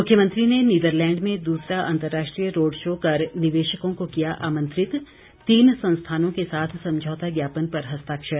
मुख्यमंत्री ने नीदरलैंड में दूसरा अंतर्राष्ट्रीय रोड शो कर निवेशकों को किया आमंत्रित तीन संस्थानों के साथ समझौता ज्ञापन पर हस्ताक्षर